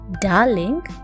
Darling